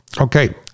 Okay